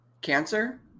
cancer